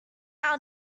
our